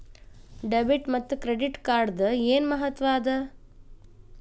Debit ಮತ್ತ credit ಕಾರ್ಡದ್ ಏನ್ ಮಹತ್ವ ಅದ?